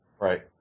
Right